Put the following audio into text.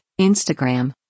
Instagram